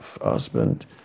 husband